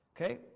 Okay